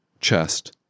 chest